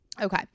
okay